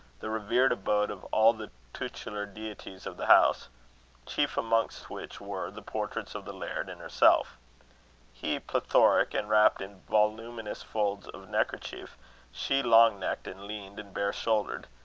the revered abode of all the tutelar deities of the house chief amongst which were the portraits of the laird and herself he, plethoric and wrapped in voluminous folds of neckerchief she long-necked, and lean, and bare-shouldered.